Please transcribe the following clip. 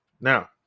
Now